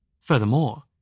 Furthermore